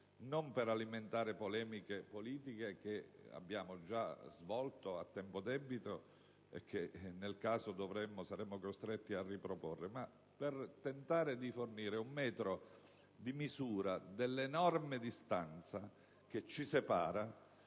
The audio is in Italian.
non per alimentare polemiche politiche, che abbiamo già svolto a tempo debito e che, nel caso, saremo costretti a riproporre, ma per tentare di fornire un metro di misura dell'enorme distanza che ci separa